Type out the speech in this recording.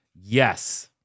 Yes